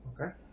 Okay